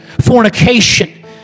fornication